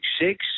six